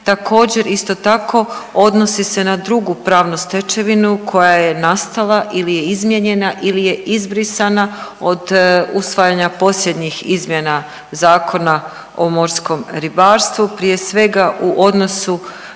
Također, isto tako odnosi se na drugu pravnu stečevinu koja je nastala ili je izmijenjena ili je izbrisana od usvajanja posljednjih izmjena Zakona o morskom ribarstvu. Prije svega, u odnosu